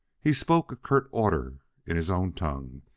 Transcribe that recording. he spoke a curt order in his own tongue,